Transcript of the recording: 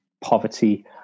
poverty